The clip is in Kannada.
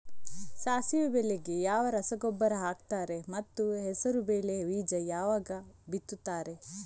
ಸಾಸಿವೆ ಬೆಳೆಗೆ ಯಾವ ರಸಗೊಬ್ಬರ ಹಾಕ್ತಾರೆ ಮತ್ತು ಹೆಸರುಬೇಳೆ ಬೀಜ ಯಾವಾಗ ಬಿತ್ತುತ್ತಾರೆ?